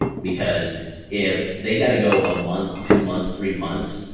because if they got to go a month, two months, three months,